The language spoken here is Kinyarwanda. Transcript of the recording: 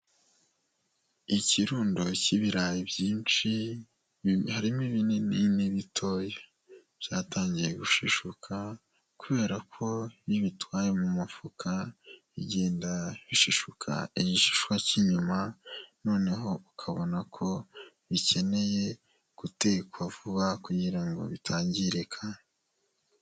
Ikirundo cy'ibirayi byinshi harimo ibinini ni bitoya byatangiye gushishuka kubera ko iyo ubitwaye mu mufuka bigenda bishishuka igishishwa cy'inyuma noneho ukabona ko bikeneye gutekwa vuba kugira ngo bitangirika.